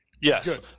Yes